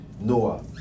Noah